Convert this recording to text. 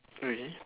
really